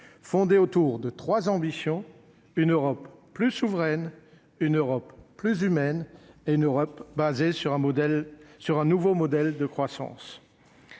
fondée autour de 3 ambition une Europe plus souveraine, une Europe plus humaine et une Europe basée sur un modèle sur un nouveau modèle de croissance.